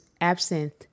absinthe